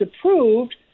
approved